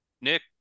Nick